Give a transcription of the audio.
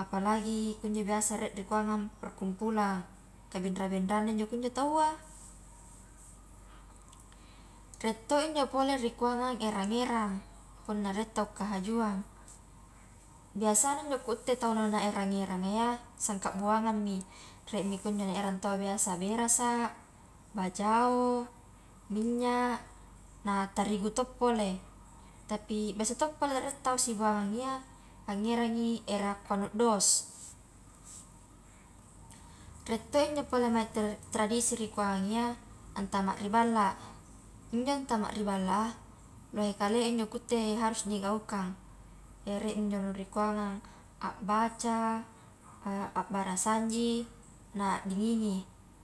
apalagi kunjo biasa rie rikuangang perkumpulan, kabinra-binrangna injo kunjo taua, rie to injo pole rikuangang erang-erang, punna rie tau kahajuang, biasana njo kutte tau nau na erang-eranga iya, sangka buangangi, riemi kunjo ni erang taua biasa berasa, bajao, minyak, na tarigu to pole, tapi biasa to pole rie tau sibuangang iya, angerangi erang anu dos, rie to njo pole mae tra tradisi rikuanga iya antama ri balla, injo antama ri balla a lohe kalea injo kutte harus nigaukang, rie njo rikuangang a baca, a barasanji, na dinini.